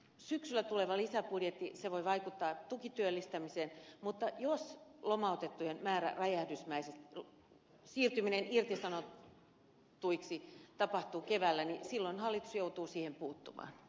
syksyllä tuleva lisäbudjetti voi vaikuttaa tukityöllistämiseen mutta jos lomautettujen siirtyminen irtisanotuiksi tapahtuu keväällä niin silloin hallitus joutuu siihen puuttumaan